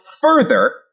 further